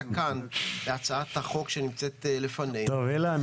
כאן בהצעת החוק שלפנינו -- אילן,